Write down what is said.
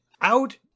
out